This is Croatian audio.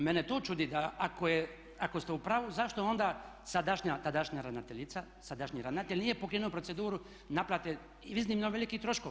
Mene to čudi, da ako ste u pravu zašto onda sadašnja tadašnja ravnateljica, sadašnji ravnatelj nije pokrenuo proceduru naplate iznimno velikih troškova.